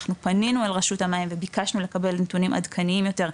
אנחנו פנינו לרשות המים וביקשנו לקבל נתונים עדכניים יותר,